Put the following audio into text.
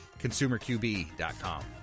ConsumerQB.com